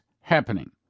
happening